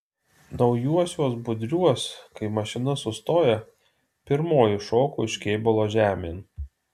naujuosiuos budriuos kai mašina sustoja pirmoji šoku iš kėbulo žemėn